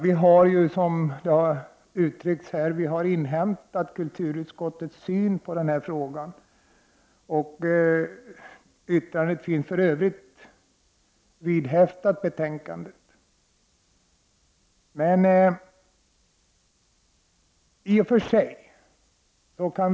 Vi har, som framhållits i betänkandet, inhämtat kulturutskottets syn på den här frågan, och kulturutskottet har avgivit ett yttrande som är fogat vid betänkandet.